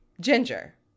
ginger